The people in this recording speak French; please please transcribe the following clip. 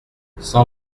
cent